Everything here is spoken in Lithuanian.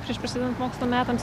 prieš prasidedant mokslo metams